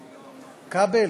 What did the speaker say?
כבל,